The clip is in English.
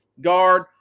guard